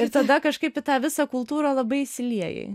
ir tada kažkaip į tą visą kultūrą labai išsiliejai